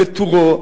בטורו,